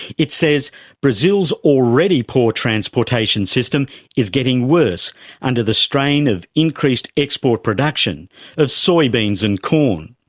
it says brazil's already poor transportation system is getting worse under the strain of increased export production of soybeans and corn.